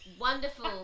wonderful